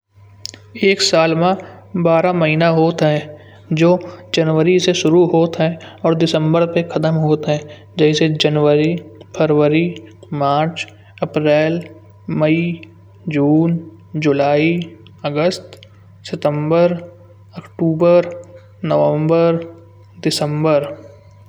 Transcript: एक साल में बारह महीना होता है जो जनवरी से शुरू होत है और दिसंबर पर खत्म होत है। जैसे जनवरी, फरवरी, मार्च, अप्रैल, मई, जून, जुलाई, अगस्त, सितंबर, अक्तूबर, नवंबर, दिसंबर।